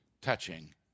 touching